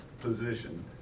position